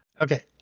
Okay